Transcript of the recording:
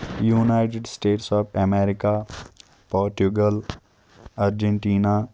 United States of America Portugal Argentina